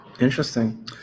Interesting